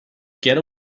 get